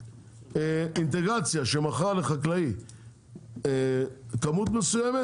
שאינטגרציה שמכרה לחקלאי כמות מסוימת,